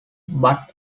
but